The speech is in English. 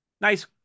Nice